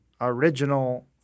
original